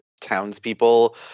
townspeople